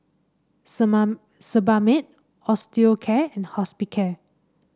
Sebamed Osteocare and Hospicare